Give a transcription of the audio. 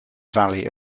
valley